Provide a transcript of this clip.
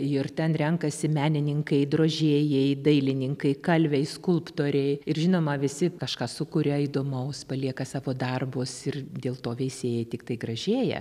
ir ten renkasi menininkai drožėjai dailininkai kalviai skulptoriai ir žinoma visi kažką sukuria įdomaus palieka savo darbus ir dėl to veisėjai tiktai gražėja